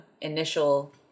initial